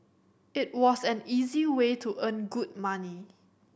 it was an easy way to earn good money